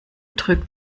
drückt